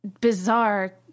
bizarre